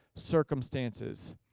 Circumstances